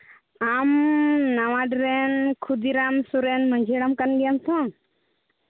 ᱟᱢ ᱱᱟᱣᱟᱰᱤ ᱨᱮᱱ ᱠᱷᱩᱫᱤᱨᱟᱢ ᱥᱚᱨᱮᱱ ᱢᱟᱺᱡᱷᱤ ᱦᱟᱲᱟᱢ ᱠᱟᱱ ᱜᱮᱭᱟᱢ ᱛᱚ